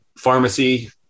pharmacy